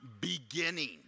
beginning